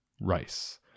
rice